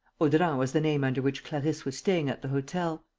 audran was the name under which clarisse was staying at the hotel.